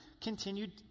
continued